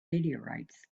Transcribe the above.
meteorites